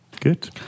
good